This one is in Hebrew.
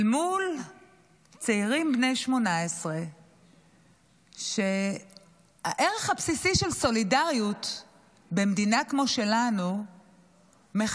אל מול צעירים בני 18. הערך הבסיסי של סולידריות במדינה כמו שלנו מחייב